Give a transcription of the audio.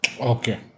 Okay